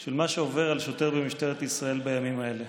של מה שעובר על שוטר במשטרת ישראל בימים האלה.